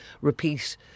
repeat